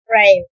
Right